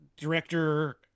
director